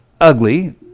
ugly